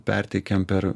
perteikiam per